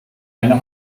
meine